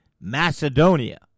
Macedonia